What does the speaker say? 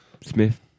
Smith